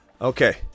Okay